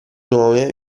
nome